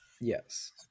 Yes